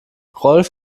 rolf